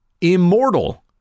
immortal